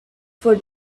for